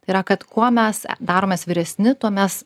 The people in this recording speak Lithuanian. tai yra kad kuo mes daromės vyresni tuo mes